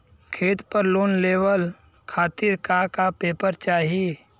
खेत पर लोन लेवल खातिर का का पेपर चाही?